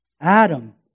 Adam